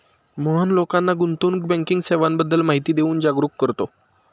मोहन लोकांना गुंतवणूक बँकिंग सेवांबद्दल माहिती देऊन जागरुक करतो